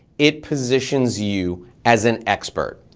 it positions you as an expert.